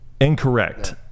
Incorrect